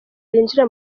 binjira